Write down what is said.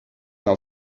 now